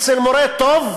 אצל מורה טוב,